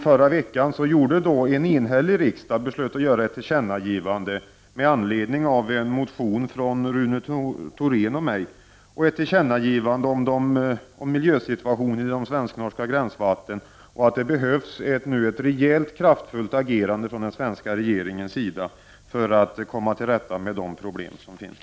Förra veckan beslöt en enhällig riksdag att göra ett tillkännagivande med anledning av en motion av Rune Thorén och mig. Det var ett tillkännagivande om miljösituationen i de svensknorska gränsvattnen och att det behövs ett rejält kraftfullt agerande från den svenska regeringens sida för att komma till rätta med de problem som finns.